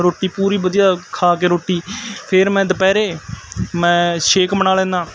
ਰੋਟੀ ਪੂਰੀ ਵਧੀਆ ਖਾ ਕੇ ਰੋਟੀ ਫਿਰ ਮੈਂ ਦੁਪਹਿਰ ਮੈਂ ਸ਼ੇਕ ਬਣਾ ਲੈਂਦਾ